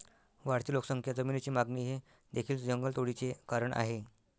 वाढती लोकसंख्या, जमिनीची मागणी हे देखील जंगलतोडीचे कारण आहे